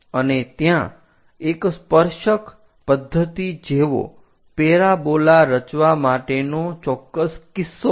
અને ત્યાં એક સ્પર્શક પદ્ધતિ જેવો પેરાબોલા રચવા માટેનો ચોક્કસ કિસ્સો છે